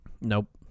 Nope